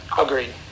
Agreed